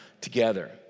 together